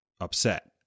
upset